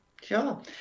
Sure